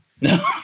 No